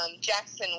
Jackson